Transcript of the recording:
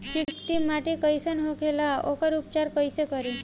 चिकटि माटी कई सन होखे ला वोकर उपचार कई से करी?